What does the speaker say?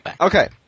Okay